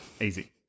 easy